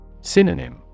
Synonym